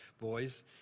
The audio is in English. boys